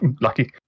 Lucky